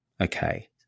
okay